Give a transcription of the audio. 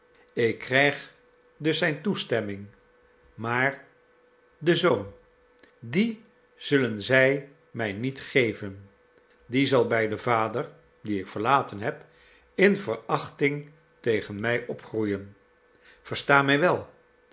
ik krijg dus zijn toestemming maar de zoon dien zullen zij mij niet geven die zal bij den vader dien ik verlaten heb in verachting tegen mij opgroeien versta mij wel